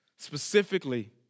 specifically